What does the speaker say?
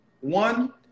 One